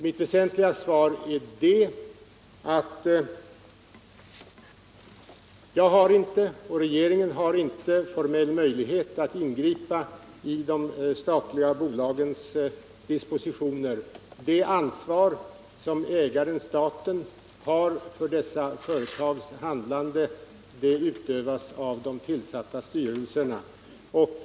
Mitt väsentliga svar är att jag inte har, och att inte heller regeringen har, någon formell möjlighet att ingripa i de statliga bolagens dispositioner. Det ansvar som ägaren-staten har för dessa företags handlande utövas av de tillsatta styrelserna.